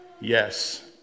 Yes